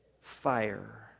fire